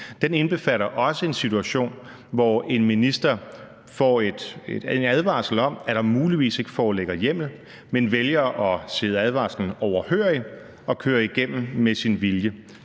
også indbefatter en situation, hvor en minister får en advarsel om, at der muligvis ikke foreligger hjemmel, men ministeren vælger at sidde advarslen overhørig og køre igennem med sin vilje?